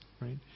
right